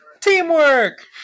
teamwork